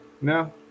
No